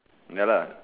ya lah